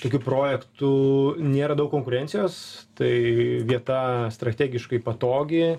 tokių projektų nėra daug konkurencijos tai vieta strategiškai patogi